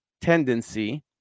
tendency